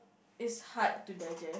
it's hard to digest